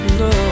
no